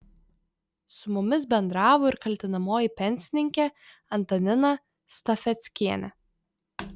su mumis bendravo ir kaltinamoji pensininkė antanina stafeckienė